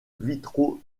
vitraux